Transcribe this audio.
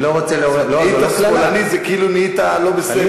"נהיית שמאלני" זה כאילו "נהיית לא בסדר".